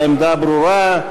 העמדה ברורה.